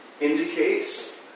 indicates